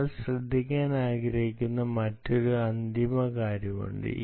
നിങ്ങൾ ശ്രദ്ധിക്കാൻ ആഗ്രഹിക്കുന്ന മറ്റൊരു അന്തിമ കാര്യമുണ്ട്